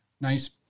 nice